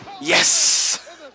Yes